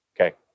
Okay